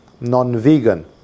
non-vegan